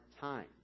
time